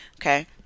Okay